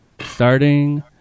starting